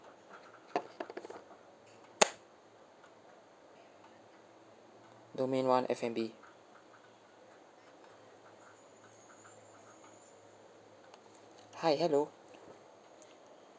domain one F&B hi hello